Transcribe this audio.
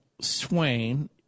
Swain